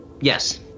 Yes